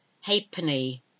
halfpenny